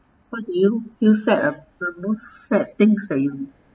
what you feel sad uh the most sad things that you